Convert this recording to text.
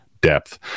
depth